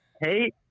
Hey